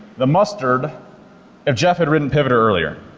the mustard if geoff had written pivoter earlier.